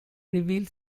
reveals